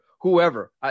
whoever